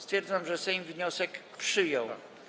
Stwierdzam, że Sejm wniosek przyjął.